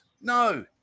No